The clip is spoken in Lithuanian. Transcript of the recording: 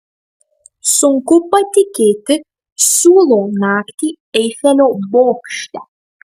sunku patikėti siūlo naktį eifelio bokšte